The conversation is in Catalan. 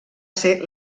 ser